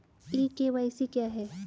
ई KYC क्या है?